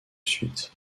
suite